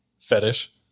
Fetish